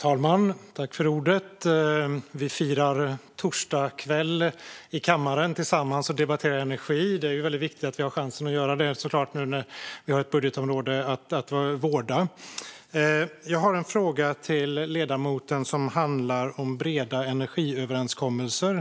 Herr talman! Vi firar torsdagskväll i kammaren tillsammans och debatterar energi. Det är såklart väldigt viktigt att vi har chansen att göra det när vi har ett budgetområde att vårda. Jag har en fråga till ledamoten som handlar om breda energiöverenskommelser.